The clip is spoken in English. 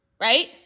right